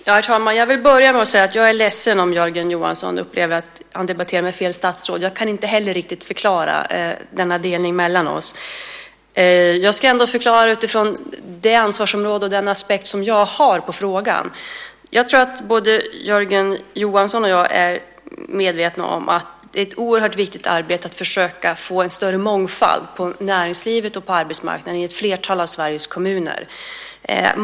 Herr talman! Jag vill börja med att säga att jag är ledsen om Jörgen Johansson upplever att han debatterar med fel statsråd. Jag kan inte heller riktigt förklara denna delning mellan oss. Jag ska ändå förklara utifrån det ansvarsområde och den aspekt som jag har när det gäller frågan. Jag tror att både Jörgen Johansson och jag är medvetna om att det är ett oerhört viktigt arbete att försöka få en större mångfald i näringslivet och på arbetsmarknaden i ett flertal av Sveriges kommuner.